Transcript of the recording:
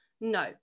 no